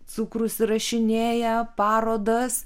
cukrus užsirašinėja parodas